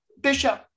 Bishop